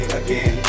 again